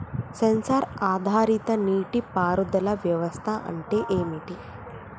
Censor ఆధారిత నీటి పారుదల వ్యవస్థ అంటే ఏమిటి?